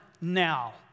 now